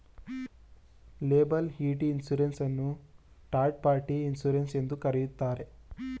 liability insurance ಅನ್ನು third party insurance ಎಂದು ಕರೆಯುತ್ತಾರೆ